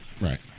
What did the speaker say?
right